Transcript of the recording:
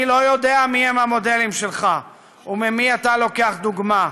אני לא יודע מיהם המודלים שלך וממי אתה לוקח דוגמה.